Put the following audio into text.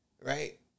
right